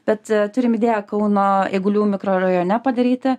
bet turim idėją kauno eigulių mikrorajone padaryti